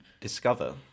discover